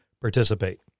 participate